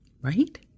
Right